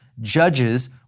judges